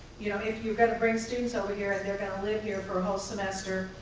you know if you're gonna bring students over here and they're gonna live here for a whole semester,